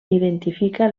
identifica